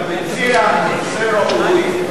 אתה מציע נושא ראוי,